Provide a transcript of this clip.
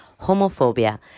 homophobia